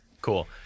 Cool